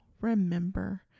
remember